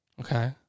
Okay